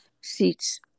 seats